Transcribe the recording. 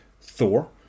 Thor